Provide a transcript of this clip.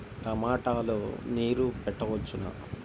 టమాట లో నీరు పెట్టవచ్చునా?